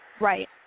Right